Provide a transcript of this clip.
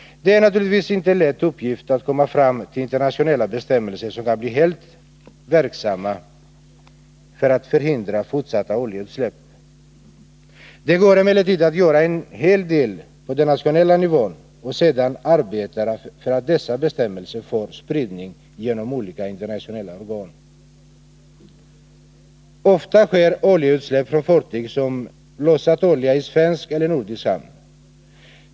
Det är naturligtvis ingen lätt uppgift att komma fram till internationella bestämmelser som kan bli helt verksamma för att förhindra fortsatta oljeutsläpp. Det går emellertid att göra en hel del på den nationella nivån och sedan arbeta för att dessa bestämmelser får spridning genom olika internationella organ. Ofta sker oljeutsläpp från fartyg som har lossat olja i svensk eller nordisk hamn.